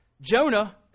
Jonah